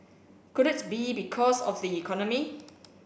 could it be because of the economy